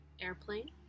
airplane